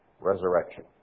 resurrection